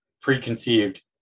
preconceived